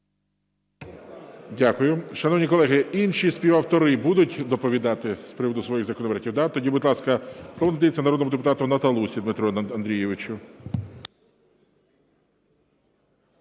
Дякую. Шановні колеги, інші співавтори будуть доповідати з приводу своїх законопроектів? Да? Тоді, будь ласка, слово надається народному депутату Наталусі Дмитру Андрійовичу.